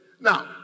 Now